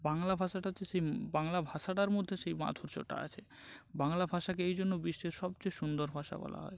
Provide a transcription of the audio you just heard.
বাংলা ভাষাটা হচ্ছে সেই বাংলা ভাষাটার মধ্যে সেই মাধুর্যটা আছে বাংলা ভাষাকে এই জন্য বিশ্বের সবচেয়ে সুন্দর ভাষা বলা হয়